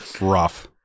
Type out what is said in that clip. rough